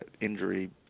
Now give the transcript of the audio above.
injury